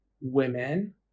women